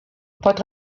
pot